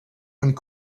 and